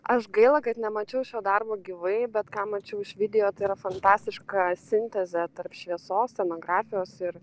aš gaila kad nemačiau šio darbo gyvai bet ką mačiau iš video tai yra fantastiška sintezė tarp šviesos scenografijos ir